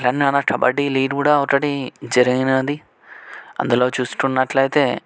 Telangana kabaddi league కూడా ఒకటి జరిగినది అందులో చూసుకున్నట్లయితే